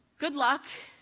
good luck.